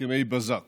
הסכמי בזק